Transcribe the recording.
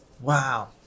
Wow